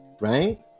right